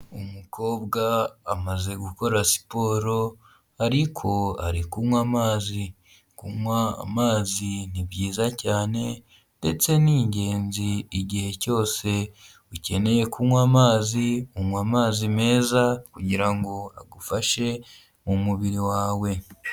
Umukobwa amaze gukora siporo ariko ari kunywa amazi. Kunywa amazi ni byiza cyane ndetse ni ingenzi. Igihe cyose ukeneye kunywa amazi unywa amazi meza kugirango agufashe mu mubiri wawe.